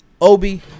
obi